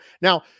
Now